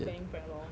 bearing prac lor